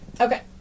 Okay